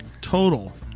total